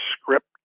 script